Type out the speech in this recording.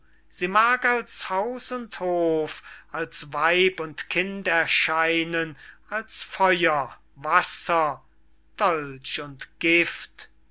sie mag als haus und hof als weib und kind erscheinen als feuer wasser dolch und gift